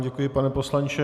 Děkuji vám, pane poslanče.